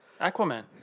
Aquaman